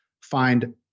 find